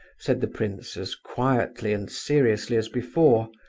said the prince, as quietly and seriously as before.